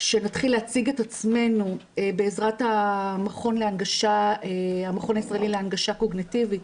שנתחיל להציג את עצמנו בעזרת המכון הישראלי להנגשה קוגניטיבית,